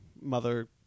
Mother